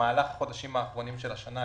במהלך החודשים האחרונים של השנה,